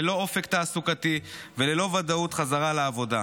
ללא אופק תעסוקתי וללא ודאות חזרה לעבודה.